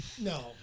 No